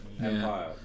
Empire